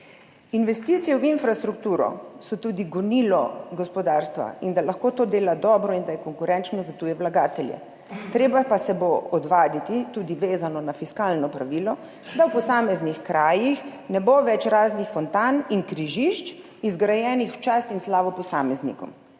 Investicije v infrastrukturo so tudi gonilo gospodarstva, da lahko dela dobro in da je konkurenčno za tuje vlagatelje. Treba pa se bo odvaditi tega, vezano tudi na fiskalno pravilo, da v posameznih krajih ne bo več raznih fontan in križišč, zgrajenih v čast in slavo posameznikom.